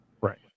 right